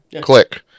Click